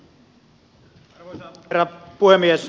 arvoisa herra puhemies